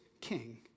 king